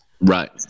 Right